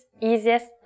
easiest